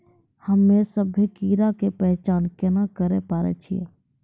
हम्मे सभ्भे कीड़ा के पहचान केना करे पाड़ै छियै?